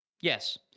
Yes